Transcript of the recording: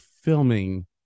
filming